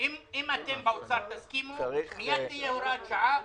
אם אתם באוצר תסכימו, מייד תהיה הוראת שעה